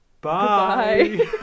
bye